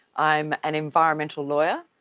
i'm an environmental lawyer.